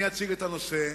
אני אציג את הנושא,